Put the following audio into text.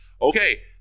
Okay